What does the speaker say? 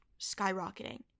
skyrocketing